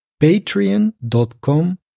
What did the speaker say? patreon.com